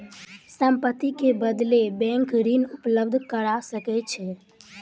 संपत्ति के बदले बैंक ऋण उपलब्ध करा सकै छै